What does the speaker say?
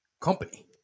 company